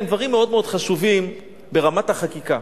הם מאוד מאוד חשובים ברמת החקיקה.